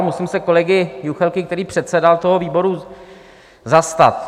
Musím se kolegy Juchelky, který předsedal tomu výboru, zastat.